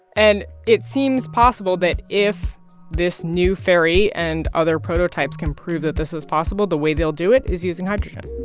and it seems possible that if this new ferry and other prototypes can prove that this is possible, the way they'll do it is using hydrogen